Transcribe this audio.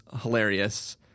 hilarious